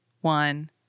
one